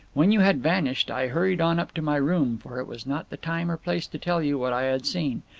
when you had vanished, i hurried on up to my room, for it was not the time or place to tell you what i had seen,